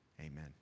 amen